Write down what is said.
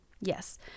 Yes